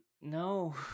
No